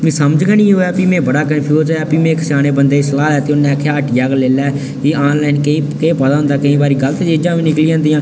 मीं समझ गै निं आवै प्ही में बड़ा कन्फ्यूज़ होएआ प्ही में इक स्याने बंदे दी सलाह् लैत्ती उ'न्नै आखेआ हट्टियै गै लेई लै कि ऑनलाइन केह् पता होंदा केईं बारी गलत चीजां बी निकली जंदियां